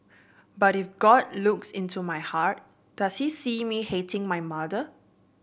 but if God looks into my heart does he see me hating my mother